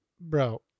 bro